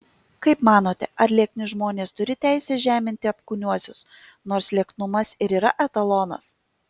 kaip manote ar liekni žmonės turi teisę žeminti apkūniuosius nors lieknumas ir yra etalonas